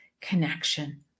connection